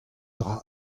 dra